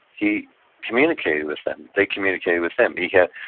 he communicated with him. they communicated with him. he had,